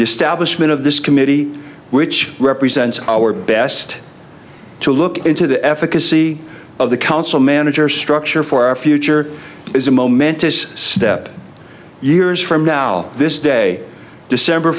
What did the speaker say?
establishment of this committee which represents our best to look into the efficacy of the council manager structure for our future is a momentous step years from now this day december